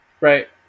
Right